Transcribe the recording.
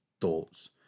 thoughts